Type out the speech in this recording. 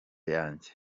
yanjye